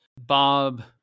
Bob